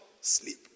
sleep